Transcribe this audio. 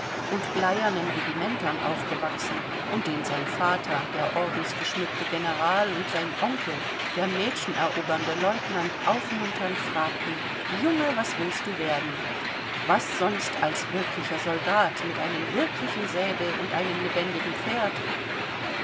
und bleiernen regimentern aufgewachsen und den sein vater der ordensgeschmückte general und sein onkel der mädchenerobernde lieutenant aufmunternd fragten junge was willst du werden was sonst als ein wirklicher soldat mit einem wirklichen säbel und einem lebendigen pferd